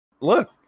Look